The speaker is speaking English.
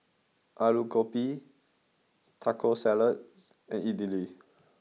Alu Gobi Taco Salad and Idili